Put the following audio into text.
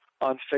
on